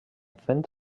fent